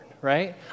right